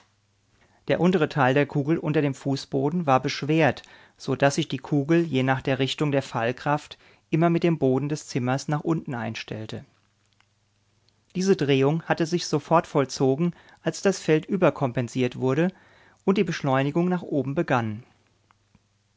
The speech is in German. der untere teil der kugel unter dem fußboden war beschwert so daß sich die kugel je nach der richtung der fallkraft immer mit dem boden des zimmers nach unten einstellte diese drehung hatte sich sofort vollzogen als das feld überkompensiert wurde und die beschleunigung nach oben begann